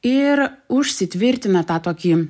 ir užsitvirtina tą tokį